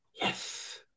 Yes